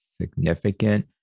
significant